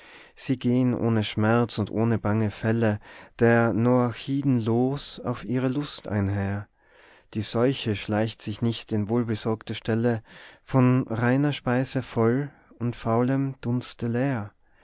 sie gehen ohne schmerz und ohne bange fälle der noachiden los auf ihrer lust einher die seuche schleicht sich nicht in wohlbesorgte ställe von reiner speise voll und faulem dunste leer